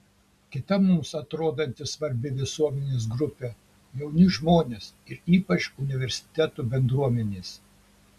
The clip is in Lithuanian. kita mums atrodanti svarbi visuomenės grupė jauni žmonės ir ypač universitetų bendruomenės